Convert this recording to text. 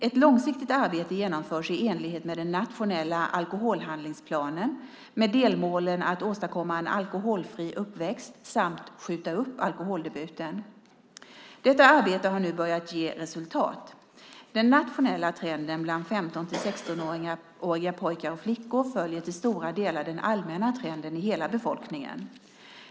Ett långsiktigt arbete genomförs i enlighet med den nationella alkoholhandlingsplanen med delmålen att åstadkomma en alkoholfri uppväxt samt skjuta upp alkoholdebuten. Detta arbete har nu börjat ge resultat. Den nationella trenden bland 15-16-åriga pojkar och flickor följer till stora delar den allmänna trenden i hela befolkningen.